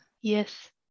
Yes